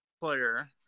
player